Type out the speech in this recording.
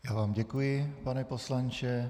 Já vám děkuji, pane poslanče.